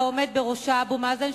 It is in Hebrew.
והעומד בראשה אבו מאזן,